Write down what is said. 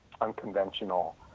unconventional